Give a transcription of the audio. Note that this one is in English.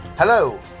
Hello